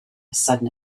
sudden